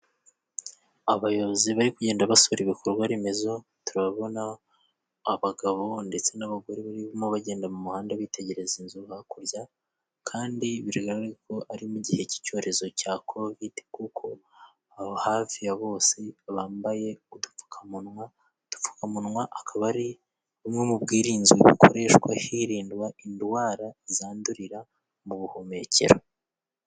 Abayobozi bari kugenda basura ibikorwa remezo, turabona abagabo ndetse n'abagore barimo bagenda mu muhanda bitegereza inzu hakurya kandi biragaragara ko ari mu gihe cy'icyorezo cya kovidi kuko aba hafi ya bose bambaye udupfukamunwa, udupfukamunwa akaba ari bumwe mu bwirinzi bukoreshwa hirindwa indwara zandurira mu buhumekero.